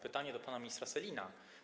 Pytanie do pana ministra Sellina.